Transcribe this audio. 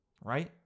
right